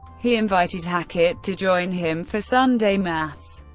he invited hackett to join him for sunday mass.